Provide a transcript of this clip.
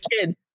kid